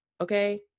Okay